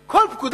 כמו שהיה ניתן,